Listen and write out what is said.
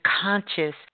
conscious